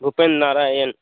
Bhupendra Narayan